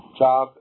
job